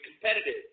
competitive